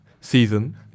season